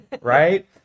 right